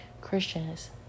Christians